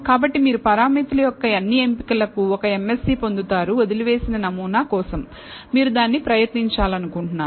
కాబట్టి మీరు పారామితుల యొక్క అన్ని ఎంపికలకు ఒక MSE పొందుతారు వదిలివేసిన నమూనా కోసం మీరు దానిని ప్రయత్నించాలనుకుంటున్నారు